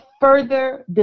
further